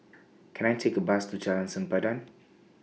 Can I Take A Bus to Jalan Sempadan